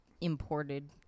imported